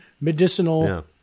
medicinal